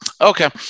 Okay